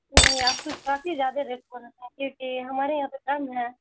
نہیں آپ تو کافی زیادہ رہٹ بول رہے ہیں کیوںکہ ہمارے یہاں تو کم ہے